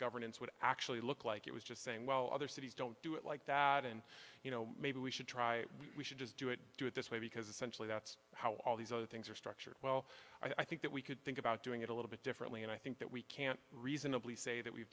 governance would actually look like it was just saying well other cities don't do it like that and you know maybe we should try we should just do it do it this way because essentially that's how all these other things are structured well i think that we could think about doing it a little bit differently and i think that we can't reasonably say that we've